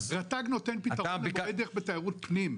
רט"ג נותן פתרון למורי דרך בתיירות פנים.